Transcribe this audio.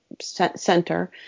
center